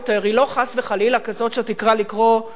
היא לא, חס וחלילה, כזאת שתקרא לנהוג באלימות,